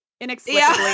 inexplicably